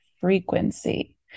frequency